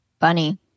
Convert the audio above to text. funny